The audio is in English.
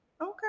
okay